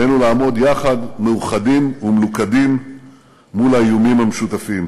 עלינו לעמוד יחד מאוחדים ומלוכדים מול האיומים המשותפים.